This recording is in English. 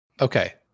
Okay